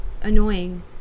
annoying